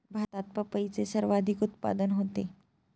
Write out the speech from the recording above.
भारतात पपईचे सर्वाधिक उत्पादन होते